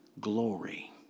glory